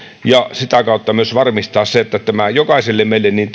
ja sitä kautta myös varmistaa se että tätä jokaiselle meille niin